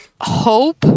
hope